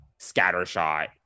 scattershot